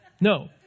No